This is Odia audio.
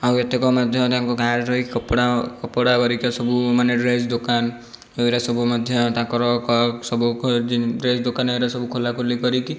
ଆଉ ଏତକ ମଧ୍ୟ ତାଙ୍କୁ ଗାଁରେ ରହିକି କପଡ଼ା କପଡ଼ା ହେରିକା ସବୁ ମାନେ ଡ୍ରେସ୍ ଦୋକାନ ଏଗୁରା ସବୁ ମଧ୍ୟ ତାଙ୍କର ସବୁ ଡ୍ରେସ୍ ଦୋକାନ ହେରିକା ଖୋଲା ଖୋଲି କରିକି